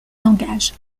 langage